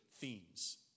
themes